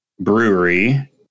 brewery